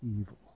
evil